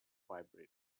vibrating